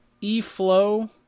E-Flow